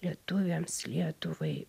lietuviams lietuvai